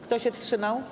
Kto się wstrzymał?